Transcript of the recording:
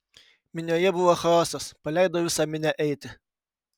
minioje buvo chaosas paleido visą minią eiti